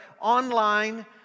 online